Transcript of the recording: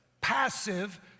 Passive